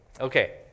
Okay